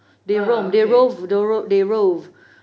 ah okay